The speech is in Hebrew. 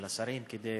של השרים, כדי